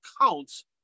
counts